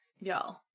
Y'all